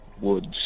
woods